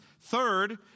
Third